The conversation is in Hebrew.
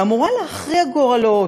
שאמורה להכריע גורלות,